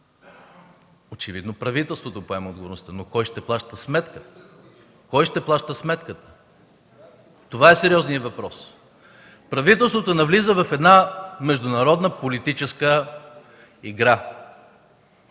Очевидно правителството поема отговорността, но кой ще плаща сметката? Кой ще плаща сметката? Това е сериозният въпрос. Правителството навлиза в една международна политическа игра